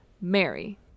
Mary